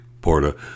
Porta